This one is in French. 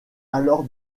alors